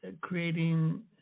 creating